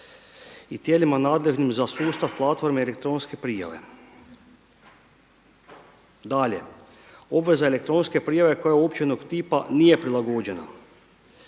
i tijelima nadležnim za sustav platforme i elektronske prijave. Dalje, obveza elektronske prijave koja je uopćenog tipa nije prilagođena